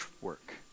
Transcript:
work